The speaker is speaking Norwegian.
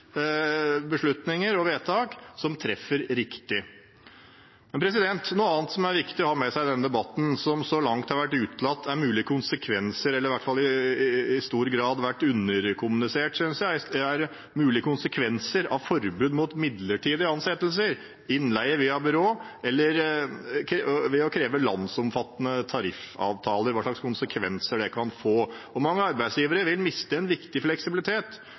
beslutninger og vedtak som treffer riktig. Noe annet som er viktig å ha med seg i denne debatten, som så langt har vært utelatt eller i stor grad vært underkommunisert, er mulige konsekvenser av forbudet mot midlertidige ansettelser og innleie via byrå, og hva slags konsekvenser det kan få å kreve landsomfattende tariffavtaler. Mange arbeidsgivere vil miste viktig fleksibilitet,